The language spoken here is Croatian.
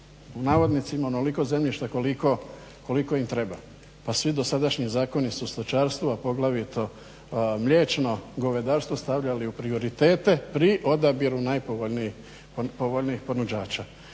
navodnicima onoliko zemljišta koliko im treba. Pa svi dosadašnji zakoni su stočarstvu, a poglavito mliječno govedarstvo stavljali u prioritete pri odabiru najpovoljnijih ponuđača.